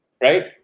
Right